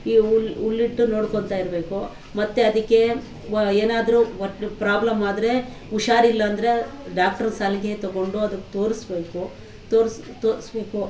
ಈ ಹುಲ್ ಹುಲ್ಲಿಟ್ಟು ನೋಡ್ಕೊತಾ ಇರಬೇಕು ಮತ್ತು ಅದಕ್ಕೆ ಏನಾದರು ಪ್ರಾಬ್ಲಮ್ಮಾದರೆ ಹುಷಾರಿಲ್ಲಾಂದ್ರೆ ಡಾಕ್ಟ್ರ್ ಸಲಹೆ ತೊಗೊಂಡು ಅದಕ್ಕೆ ತೋರಿಸ್ಬೇಕು ತೋರ್ಸು ತೋರಿಸ್ಬೇಕು